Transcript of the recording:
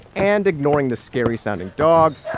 and, ignoring the scary sounding dog.